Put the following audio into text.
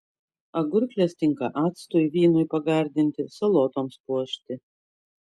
agurklės tinka actui vynui pagardinti salotoms puošti